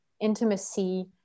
intimacy